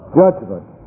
judgment